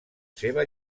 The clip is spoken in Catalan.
seva